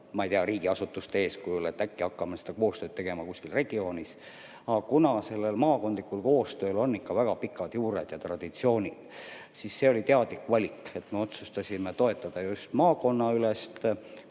ma ei tea, riigiasutuste eeskujul, et äkki hakkame seda koostööd tegema kuskil regioonis. Aga kuna maakondlikul koostööl on ikka väga pikad juured ja traditsioonid, siis oli teadlik valik, et me otsustasime toetada just maakonnasisest